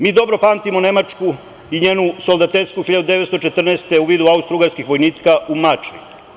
Mi dobro pamtimo Nemačku i njenu soldatesku 1914. godinu u vidu austrougarskih vojnika u Mačvi.